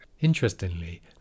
Interestingly